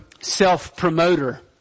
self-promoter